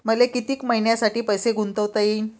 मले कितीक मईन्यासाठी पैसे गुंतवता येईन?